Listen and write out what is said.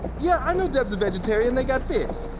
yeah, i know deb's a vegetarian. they got fish.